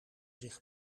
zich